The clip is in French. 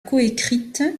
coécrite